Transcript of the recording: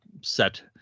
set